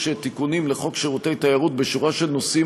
תיקונים לחוק שירותי תיירות בשורה של נושאים,